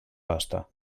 pasta